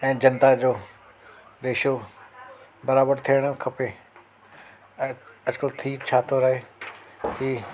ऐं जनता जो रेशो बराबरि थियण खपे ऐं अॼकल्ह थी छा थो रहे थी